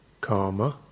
karma